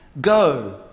go